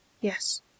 Yes